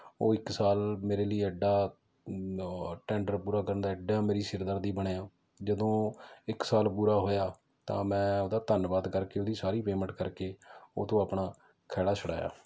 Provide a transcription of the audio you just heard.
ਉਹ ਇੱਕ ਸਾਲ ਮੇਰੇ ਲਈ ਐਡਾ ਟੈਂਡਰ ਪੂਰਾ ਕਰਨ ਦਾ ਐਡਾ ਮੇਰੀ ਸਿਰਦਰਦੀ ਬਣਿਆ ਜਦੋਂ ਇੱਕ ਸਾਲ ਪੂਰਾ ਹੋਇਆ ਤਾਂ ਮੈਂ ਉਹਦਾ ਧੰਨਵਾਦ ਕਰਕੇ ਉਹਦੀ ਸਾਰੀ ਪੇਅਮੈਂਟ ਕਰਕੇ ਉਹ ਤੋਂ ਆਪਣਾ ਖਹਿੜਾ ਛੁਡਾਇਆ